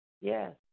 Yes